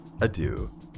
adieu